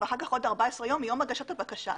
ואחר כך עוד 14 ימים מיום הגשת הבקשה.